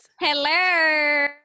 Hello